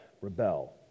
rebel